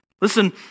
Listen